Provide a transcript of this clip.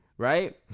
Right